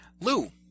Lou